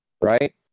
right